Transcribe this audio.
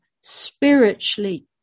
Spiritually